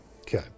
Okay